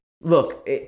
Look